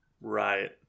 right